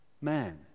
Man